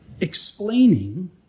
explaining